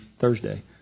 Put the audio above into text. Thursday